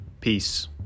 Peace